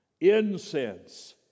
Incense